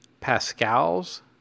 pascal's